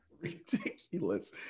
ridiculous